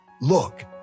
Look